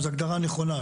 זהו הגדרה נכונה,